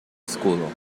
escudo